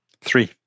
Three